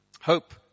hope